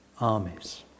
armies